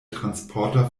transporter